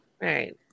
right